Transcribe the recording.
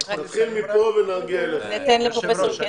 אני יכול לסיים רק, היושב ראש?